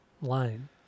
line